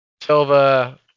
Silva